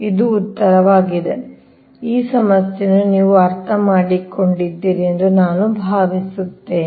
ಇದು ಉತ್ತರವಾಗಿದೆ ಈ ಸಮಸ್ಯೆಯನ್ನು ನೀವು ಅರ್ಥಮಾಡಿಕೊಂಡಿದ್ದೀರಿ ಎಂದು ನಾನು ಭಾವಿಸುತ್ತೇನೆ